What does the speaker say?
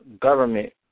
government